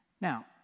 Now